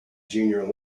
junior